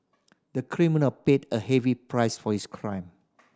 the criminal paid a heavy price for his crime